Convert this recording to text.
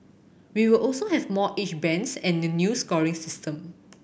we will also have more age bands and a new scoring system